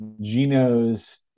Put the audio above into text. Gino's